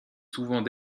souvent